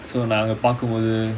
நான்அதபார்க்கும்போது:nan adha parkumpothu